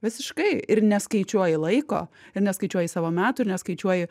visiškai ir neskaičiuoji laiko ir neskaičiuoji savo metų ir neskaičiuoji